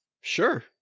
Sure